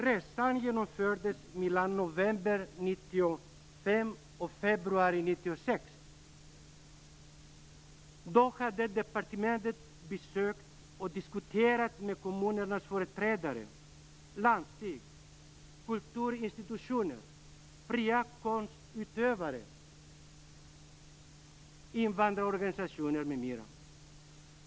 Resan genomfördes mellan november 1995 och februari 1996. Departementet besökte och diskuterade med kommunernas företrädare, landsting, kulturinstitutioner, fria konstutövare, invandrarorganisationer m.m.